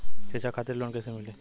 शिक्षा खातिर लोन कैसे मिली?